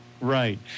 Right